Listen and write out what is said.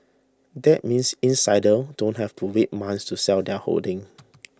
that means insiders don't have to wait months to sell their holdings